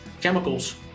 chemicals